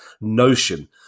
Notion